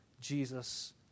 Jesus